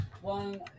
one